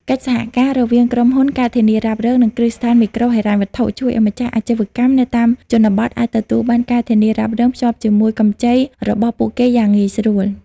កិច្ចសហការរវាងក្រុមហ៊ុន ការធានារ៉ាប់រង និងគ្រឹះស្ថានមីក្រូហិរញ្ញវត្ថុ ជួយឱ្យម្ចាស់អាជីវកម្មនៅតាមជនបទអាចទទួលបាន ការធានារ៉ាប់រង ភ្ជាប់ជាមួយកម្ចីរបស់ពួកគេយ៉ាងងាយស្រួល។